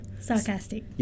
sarcastic